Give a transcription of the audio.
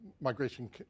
migration